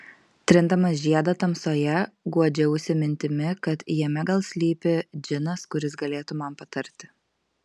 trindama žiedą tamsoje guodžiausi mintimi kad jame gal slypi džinas kuris galėtų man patarti